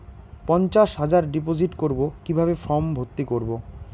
পঞ্চাশ হাজার ডিপোজিট করবো কিভাবে ফর্ম ভর্তি করবো?